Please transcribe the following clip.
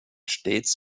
stets